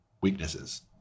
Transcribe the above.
weaknesses